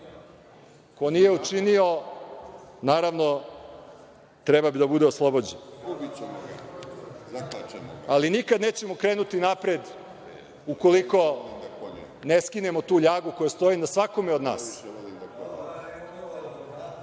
Ko nije učinio, naravno, treba da bude oslobođen. Nikada nećemo da krenemo napred ukoliko ne skinemo tu ljagu koja stoji na svakome od nas. Na